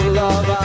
love